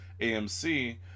AMC